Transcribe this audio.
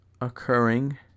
occurring